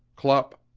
clop!